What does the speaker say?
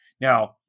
Now